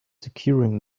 securing